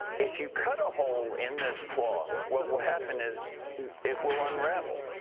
if you cut a hole in this cloth, what will happen is it will unravel.